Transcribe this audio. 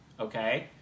Okay